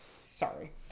sorry